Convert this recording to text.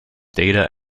data